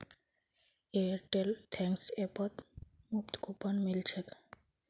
Airtel thanks ऐपत मुफ्त coupon मिल छेक